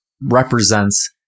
represents